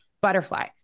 butterfly